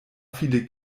viele